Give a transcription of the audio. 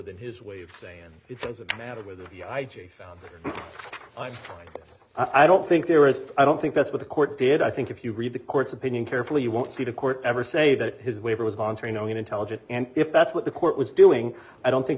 than his way of saying it doesn't matter whether the i g found i'm right i don't think there is i don't think that's what the court did i think if you read the court's opinion carefully you won't see the court ever say that his waiver was voluntary knowing intelligent and if that's what the court was doing i don't think